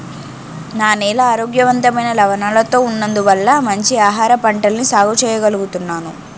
నా నేల ఆరోగ్యవంతమైన లవణాలతో ఉన్నందువల్ల మంచి ఆహారపంటల్ని సాగు చెయ్యగలుగుతున్నాను